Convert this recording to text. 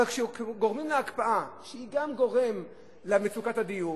אבל כשגורמים להקפאה שהיא גם גורם למצוקת הדיור,